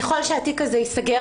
ככל שהתיק הזה ייסגר,